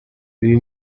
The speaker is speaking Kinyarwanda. ibi